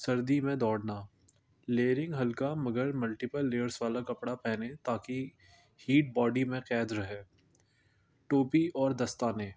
سردی میں دوڑنا لیئرنگ ہلکا مگر ملٹیپل لیئرس والا کپڑا پہننے تاکہ ہیٹ باڈی میں قید رہے ٹوپی اور دستانیں